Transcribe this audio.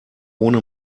ohne